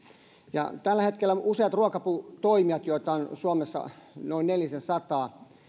tällä hetkellä useat ruokatoimijat joita on suomessa noin nelisensataa